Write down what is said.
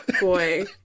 boy